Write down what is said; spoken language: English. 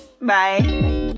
Bye